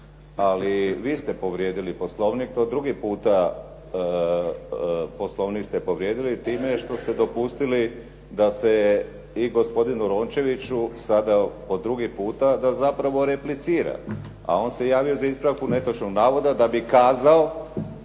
ali vi ste povrijedili Poslovnik i to drugi puta ste Poslovnik povrijedili time što ste dopustili da se i gospodinu Rončeviću sada po drugi puta da zapravo replicira a on se javio za ispravku netočnog navoda da bi kazao